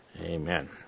Amen